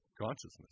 consciousness